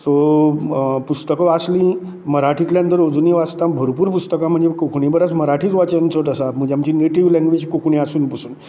so पुस्तकां वाचलीं मराठींतल्यान तर अजुनूय वाचतां भरपूर पुस्तकां म्हणजे कोंकणी परस मराठीच वाचन चड आसा म्हणजे आमची नेटीव लेंगवेज कोंकणी आसून पसून